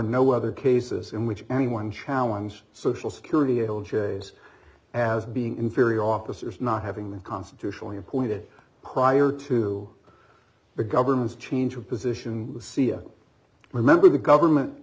no other cases in which anyone challenge social security able j s as being inferior officers not having that constitutionally appointed prior to the government's change of position c a remember the government